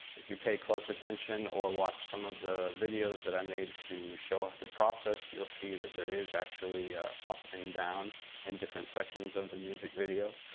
if you pay close attention, or watch some of the videos that i made to show ah the process, you'll see that there is actually a up and down in different sections of the music video.